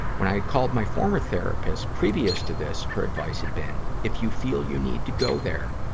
when i had called my former therapist previous to this, her advice had been if you feel you need to go there,